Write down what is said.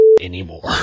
anymore